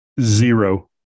Zero